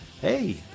hey